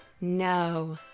No